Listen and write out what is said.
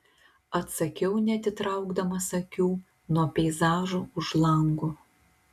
atsakiau neatitraukdamas akių nuo peizažo už lango